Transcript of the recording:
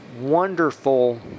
wonderful